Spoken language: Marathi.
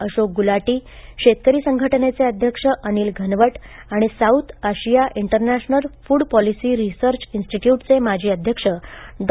अशोक गुलाटी शेतकरी संघटनेचे अध्यक्ष अनिल घनवट आणि South Asia International Food Policy Research इंस्टीट्यूटचे माजी अध्यक्ष डॉ